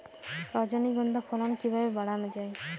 রজনীগন্ধা ফলন কিভাবে বাড়ানো যায়?